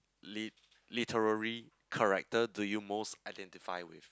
lit~ literary character do you most identify with